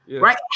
Right